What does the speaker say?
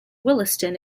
williston